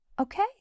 okay